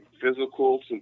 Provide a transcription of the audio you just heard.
physical